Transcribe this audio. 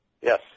Yes